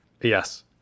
Yes